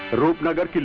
roopnagar